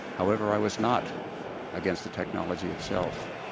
however, i was not against the technology itself.